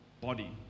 body